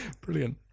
Brilliant